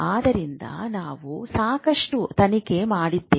ಆದ್ದರಿಂದ ನಾವು ಸಾಕಷ್ಟು ತನಿಖೆ ಮಾಡಿದ್ದೇವೆ